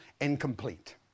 incomplete